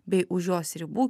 bei už jos ribų